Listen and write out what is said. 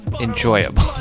enjoyable